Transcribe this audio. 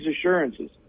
assurances